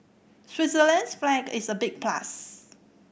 Switzerland's flag is a big plus